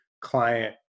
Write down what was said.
client